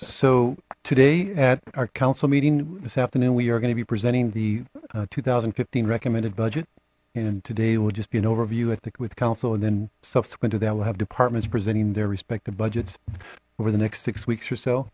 so today at our council meeting this afternoon we are going to be presenting the two thousand and fifteen recommended budget and today will just be an overview at the council and then subsequent today i will have departments presenting their respective budgets over the next six weeks or so